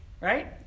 Right